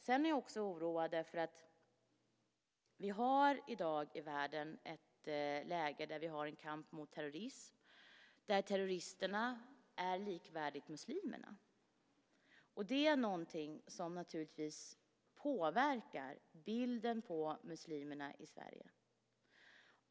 Jag är också oroad därför att vi i dag har ett läge i världen med en kamp mot terrorism och där terroristerna är detsamma som muslimerna. Det påverkar naturligtvis bilden av muslimerna i Sverige.